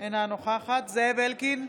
אינה נוכחת זאב אלקין,